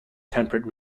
temperate